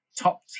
top